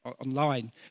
online